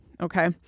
Okay